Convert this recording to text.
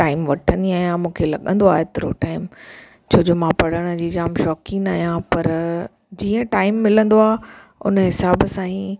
time वठंदी आहियां मूंखे लॻंदो आहे एतिरो टाइम छो जो मां पढ़ण जी जाम शौंक़ीनि आहियां पर जीअं टाइम मिलंदो आहे उन हिसाबु सां ई